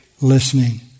listening